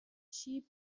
چیپ